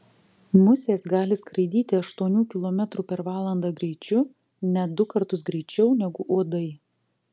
musės gali skraidyti aštuonių kilometrų per valandą greičiu net du kartus greičiau negu uodai